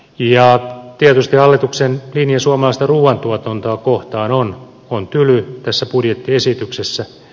ja tietysti hallituksen linja suomalaista ruuantuotantoa kohtaan on tyly tässä budjettiesityksessä